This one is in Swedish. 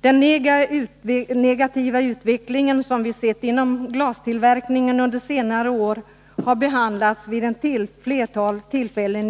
Den negativa utvecklingen inom glastillverkningen under senare år har behandlats i riksdagen vid ett flertal tillfällen.